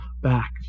back